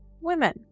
women